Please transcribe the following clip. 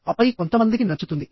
ఆపై కొంతమందికి నచ్చుతుంది